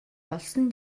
олсон